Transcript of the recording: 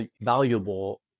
valuable